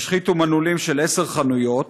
השחיתו מנעולים של עשר חנויות,